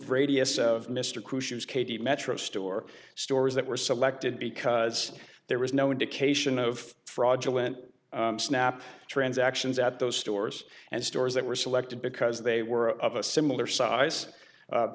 radius of mr coo she was katie metro store stores that were selected because there was no indication of fraudulent snap transactions at those stores and stores that were selected because they were of a similar size